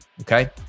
Okay